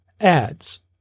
ads